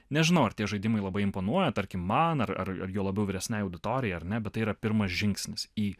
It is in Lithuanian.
nežinau ar tie žaidimai labai imponuoja tarkim man ar ar ar juo labiau vyresnei auditorijai ar ne bet tai yra pirmas žingsnis į